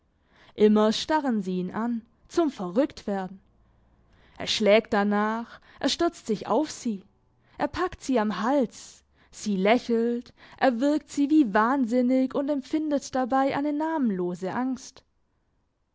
immer starren sie ihn an zum verrücktwerden er schlägt danach er stürzt sich auf sie er packt sie am hals sie lächelt er würgt sie wie wahnsinnig und empfindet dabei eine namenlose angst